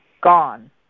gone